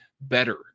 better